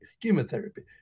chemotherapy